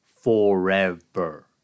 forever